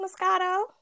moscato